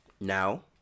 now